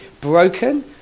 broken